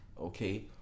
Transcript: Okay